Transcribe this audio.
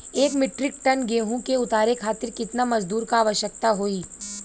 एक metric ton गेहूँ के उतारे खातीर कितना मजदूर क आवश्यकता होई?